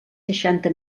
seixanta